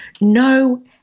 no